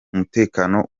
umutekano